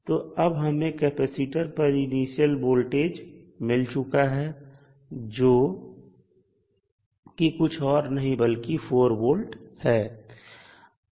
तो अब हमें कैपेसिटर पर इनिशियल वोल्टेज मिल चुका है जो कि कुछ और नहीं बल्कि 4V है